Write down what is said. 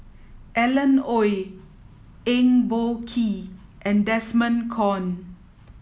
Alan Oei Eng Boh Kee and Desmond Kon